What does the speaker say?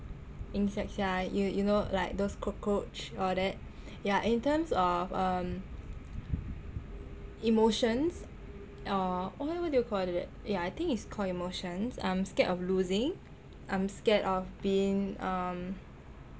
insects yah you you know like those cockroach all that yah in terms of um emotions or what what do you call that yah I think it's called emotions I'm scared of losing I'm scared of being uh um